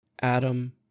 Adam